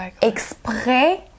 exprès